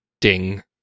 Ding